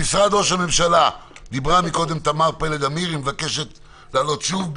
ממשרד ראש הממשלה דיברה קודם תמר פלד אמיר והיא מבקשת לעלות שוב.